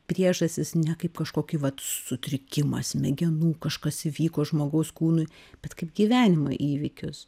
priežastis ne kaip kažkokį vat sutrikimą smegenų kažkas įvyko žmogaus kūnui bet kaip gyvenimo įvykius